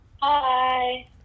hi